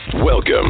Welcome